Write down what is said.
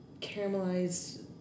caramelized